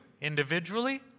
individually